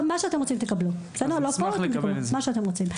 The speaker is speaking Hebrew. תקבלו כל מה שאתם רוצים.